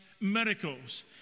miracles